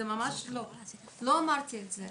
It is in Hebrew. זה ממש לא נכון, אני לא אמרתי את זה.